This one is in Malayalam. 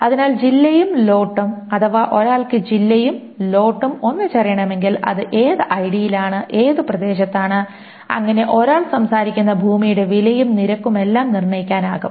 അതിനാൽ ജില്ലയും ലോട്ടും അഥവാ ഒരാൾക്ക് ജില്ലയും ലോട്ടും ഒന്നിച്ച് അറിയാമെങ്കിൽ അത് ഏത് ഐഡിയിലാണ് ഏത് പ്രദേശത്താണ് അങ്ങനെ ഒരാൾ സംസാരിക്കുന്ന ഭൂമിയുടെ വിലയും നിരക്കുമെല്ലാം നിർണ്ണയിക്കാനാകും